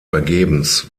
vergebens